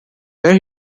where